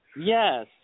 Yes